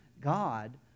God